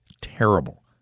terrible